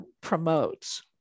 promotes